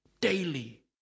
Daily